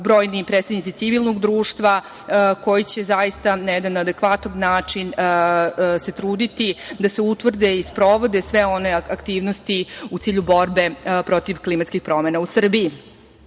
brojni predstavnici civilnog društva koji će zaista na jedan adekvatan način se truditi da se utvrde i sprovode sve one aktivnosti u cilju borbe protiv klimatskih promena u Srbiji. Takođe,